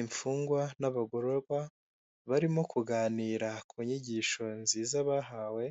Imfungwa n'abagororwa barimo kuganira ku nyigisho nziza bahawe